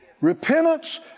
Repentance